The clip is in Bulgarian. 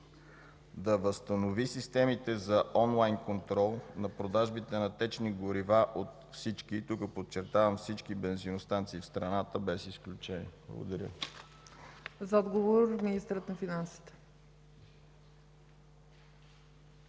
да възстанови системите за онлайн контрол на продажбите на течни горива от всички – тук подчертавам – всички бензиностанции в страната без изключение? Благодаря Ви. ПРЕДСЕДАТЕЛ ЦЕЦКА ЦАЧЕВА: За отговор – министърът на финансите.